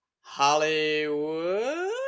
Hollywood